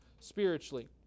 spiritually